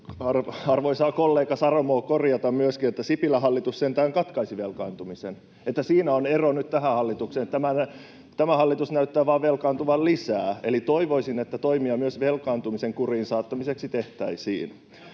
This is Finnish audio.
arvoisaa kollega Saramoa korjata myöskin, että Sipilän hallitus sentään katkaisi velkaantumisen, [Jussi Saramon välihuuto] niin että siinä on ero nyt tähän hallitukseen. Tämä hallitus näyttää vain velkaantuvan lisää. Eli toivoisin, että toimia myös velkaantumisen kuriin saattamiseksi tehtäisiin.